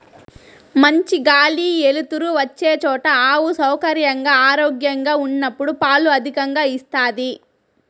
మంచి గాలి ఎలుతురు వచ్చే చోట ఆవు సౌకర్యంగా, ఆరోగ్యంగా ఉన్నప్పుడు పాలు అధికంగా ఇస్తాది